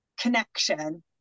connection